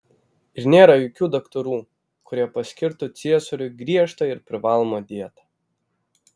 ir nėra jokių daktarų kurie paskirtų ciesoriui griežtą ir privalomą dietą